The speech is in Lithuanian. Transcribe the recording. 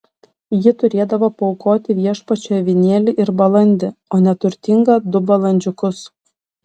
ji turėdavo paaukoti viešpačiui avinėlį ir balandį o neturtinga du balandžiukus